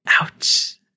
Ouch